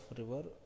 river